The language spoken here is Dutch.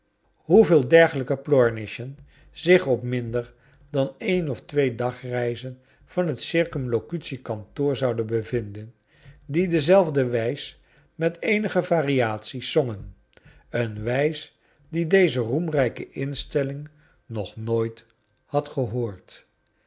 hoeveel dergelijke plornishen zich op minder dan een of twee dagreizen van het circumlocutie kantoor zouden bevinden die dezelfde wijs met eenige variaties zongen een wijs die deze roemrijke installing nog nooit had gehoord